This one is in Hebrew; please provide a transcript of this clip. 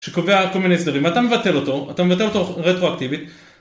שקובע כל מיני סדרים, אתה מבטל אותו, אתה מבטל אותו רטרואקטיבית